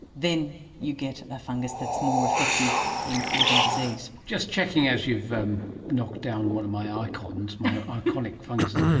then you get a fungus that's more effective in causing disease. just checking, as you've um knocked down one of my ah iconic ah iconic funguses,